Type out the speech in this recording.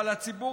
אבל הציבור